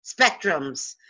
spectrums